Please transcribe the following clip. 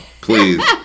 Please